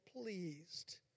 pleased